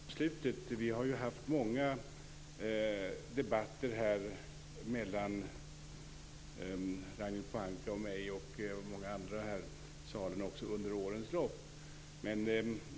Fru talman! Jag reagerade på det som sades i slutet av föregående anförande. Det har ju varit många debatter här mellan Ragnhild Pohanka och mig, och det gäller även många andra i denna sal, under årens lopp.